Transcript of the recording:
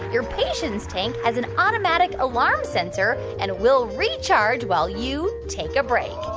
your patience tank has an automatic alarm sensor, and it will recharge while you take a break.